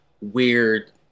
weird